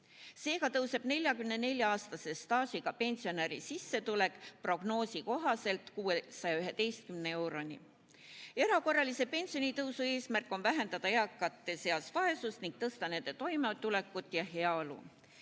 Seega tõuseb 44‑aastase staažiga pensionäri sissetulek prognoosi kohaselt 611 euroni. Erakorralise pensionitõusu eesmärk on vähendada eakate seas vaesust ning tõsta nende toimetulekut ja heaolu.